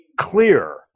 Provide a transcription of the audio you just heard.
clear